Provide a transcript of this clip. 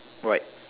white